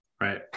Right